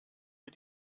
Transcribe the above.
wir